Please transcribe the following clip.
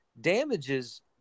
damages